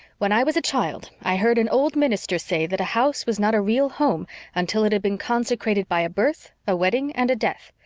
when i was a child i heard an old minister say that a house was not a real home until it had been consecrated by a birth, a wedding and a death.